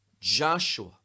Joshua